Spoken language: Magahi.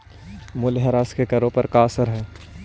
मूल्यह्रास का करों पर का असर हई